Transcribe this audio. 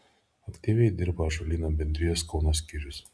aktyviai dirba ąžuolyno bendrijos kauno skyrius